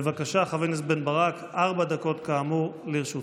בבקשה, חבר הכנסת בן ברק, ארבע דקות כאמור לרשותך.